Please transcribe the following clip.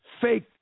fake